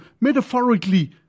metaphorically